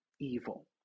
evil